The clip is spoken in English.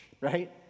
right